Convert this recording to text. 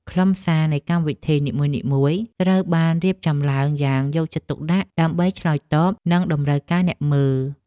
ខ្លឹមសារនៃកម្មវិធីនីមួយៗត្រូវបានរៀបចំឡើងយ៉ាងយកចិត្តទុកដាក់ ដើម្បីឆ្លើយតបនឹងតម្រូវការអ្នកមើល។